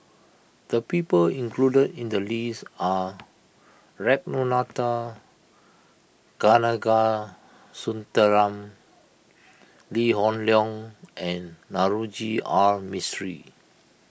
the people included in the list are Ragunathar Kanagasuntheram Lee Hoon Leong and Navroji R Mistri